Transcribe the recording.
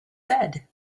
said